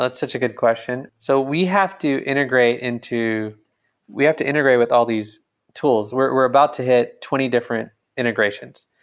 such a good question. so we have to integrate into we have to integrate with all these tools. we're we're about to hit twenty different integrations.